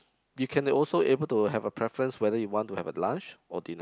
you can also able to have a preference whether you want to have a lunch or dinner